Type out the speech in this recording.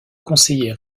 conseillait